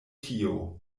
tio